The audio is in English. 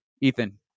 Ethan